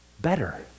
better